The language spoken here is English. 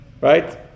Right